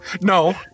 No